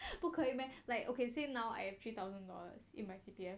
不可以 meh like okay say now I have three thousand dollars in my C_P_F